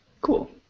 Cool